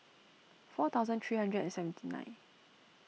four thousand three hundred and seventy nine